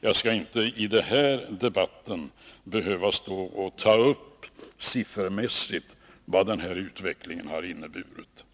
Jag skall inte i denna debatt behöva stå och ta upp siffermässigt vad den här utvecklingen har inneburit.